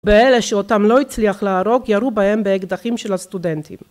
באלה שאותם לא הצליח להרוג, ירו בהם באקדחים של הסטודנטים